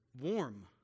warm